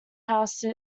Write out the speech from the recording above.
house